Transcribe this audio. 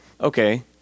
okay